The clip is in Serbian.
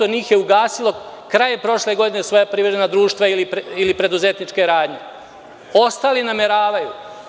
Njih 10-15% je ugasilo krajem prošle godine svoja privredna društva ili preduzetničke radnje, a ostali nameravaju.